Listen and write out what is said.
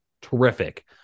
terrific